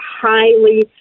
highly